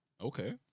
Okay